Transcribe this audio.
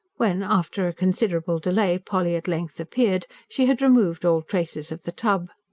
when after a considerable delay polly at length appeared, she had removed all traces of the tub.